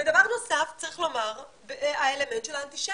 ודבר נוסף, צריך לומר, האלמנט של האנטישמיות.